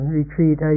retreat